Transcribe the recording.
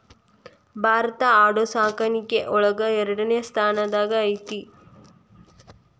ಭಾರತಾ ಆಡು ಸಾಕಾಣಿಕೆ ಒಳಗ ಎರಡನೆ ಸ್ತಾನದಾಗ ಐತಿ